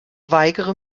weigere